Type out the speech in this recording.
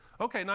ok,